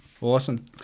Awesome